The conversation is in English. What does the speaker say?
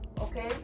okay